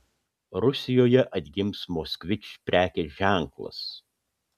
rusijoje atgims moskvič prekės ženklas